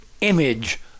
image